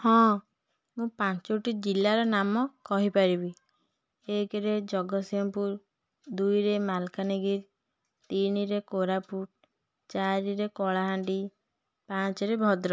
ହଁ ମୁଁ ପାଞ୍ଚୋଟି ଜିଲ୍ଲାର ନାମ କହି ପାରିବି ଏକରେ ଜଗତସିଂହପୁର ଦୁଇରେ ମାଲକାନଗିରି ତିନିରେ କୋରାପୁଟ ଚାରିରେ କଳାହାଣ୍ଡି ପାଞ୍ଚରେ ଭଦ୍ରକ